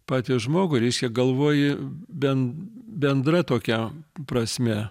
patį žmogų reiškia galvoji ben bendra tokia prasme